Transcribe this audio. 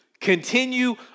Continue